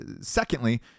Secondly